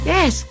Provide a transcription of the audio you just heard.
Yes